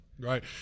right